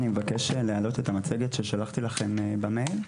אני מבקש להעלות את המצגת ששלחתי לכם במייל.